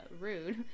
rude